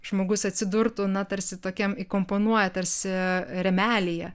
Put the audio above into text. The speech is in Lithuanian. žmogus atsidurtų na tarsi tokiam įkomponuoja tarsi rėmelyje